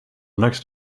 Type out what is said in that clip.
next